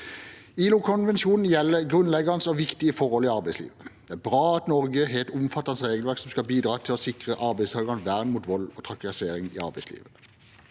ILO-konvensjonen gjelder grunnleggende og viktige forhold i arbeidslivet. Det er bra at Norge har et omfattende regelverk som skal bidra til å sikre arbeidstakernes vern mot vold og trakassering i arbeidslivet.